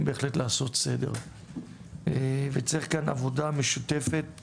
באמת לעשות סדר וצריך כאן עבודה משותפת.